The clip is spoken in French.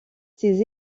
ses